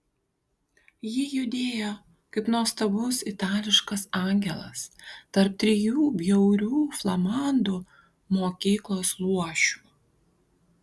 ji judėjo kaip nuostabus itališkas angelas tarp trijų bjaurių flamandų mokyklos luošių